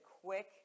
quick